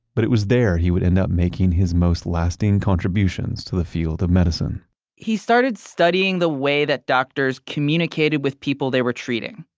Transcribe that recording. but it was there he would end up making his most lasting contributions to the field of medicine he started studying the way that doctors communicated with people they were treating.